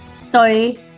sorry